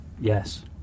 Yes